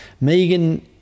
Megan